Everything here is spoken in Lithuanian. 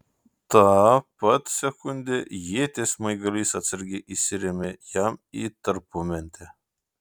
tą pat sekundę ieties smaigalys atsargiai įsirėmė jam į tarpumentę